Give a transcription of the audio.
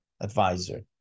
advisor